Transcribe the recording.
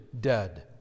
dead